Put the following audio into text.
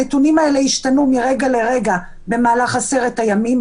הנתונים הללו ישתנו מרגע לרגע במהלך עשרת הימים.